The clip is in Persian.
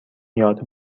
یاد